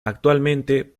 actualmente